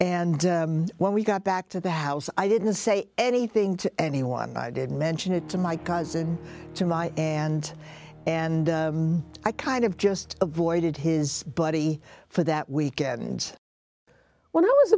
and when we got back to the house i didn't say anything to anyone i didn't mention it to my cousin to my and and i kind of just avoided his buddy for that weekend when i was